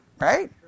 right